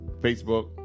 Facebook